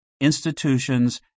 institutions